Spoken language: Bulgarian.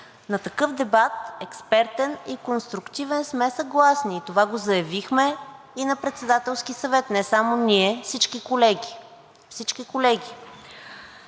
На такъв дебат – експертен и конструктивен, сме съгласни. Това го заявихме и на Председателски съвет – не само ние, а всички колеги. Всички колеги.